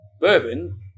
bourbon